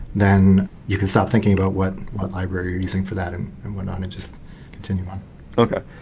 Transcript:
then you can stop thinking about what what library you're using for that and and whatnot and just continue on okay.